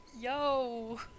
Yo